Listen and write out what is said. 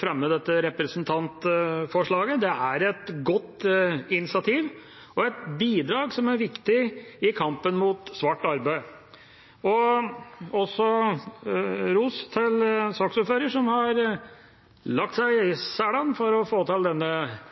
fremmet dette representantforslaget. Det er et godt initiativ og et bidrag som er viktig i kampen mot svart arbeid. Jeg vil også gi ros til saksordføreren, som har lagt seg i selen for å få til denne